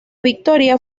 victoria